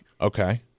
Okay